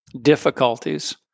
difficulties